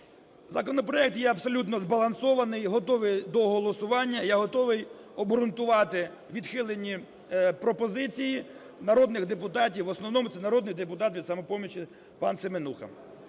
Законопроект є абсолютно збалансований і готовий до голосування. Я готовий обґрунтувати відхилені пропозиції народних депутатів, в основному це народний депутат від "Самопомочі" пан Семенуха.